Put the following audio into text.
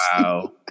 wow